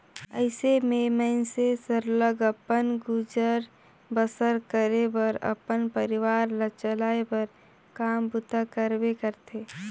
अइसे में मइनसे सरलग अपन गुजर बसर करे बर अपन परिवार ल चलाए बर काम बूता करबे करथे